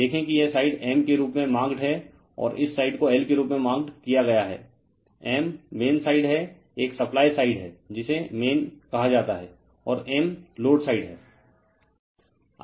देखेंगे कि यह साइड M के रूप में मार्कड है और इस साइड को L के रूप में मार्कड किया गया है M मैन साइड है एक सप्लाई साइड है जिसे मैन कहा जाता है और M लोड साइड है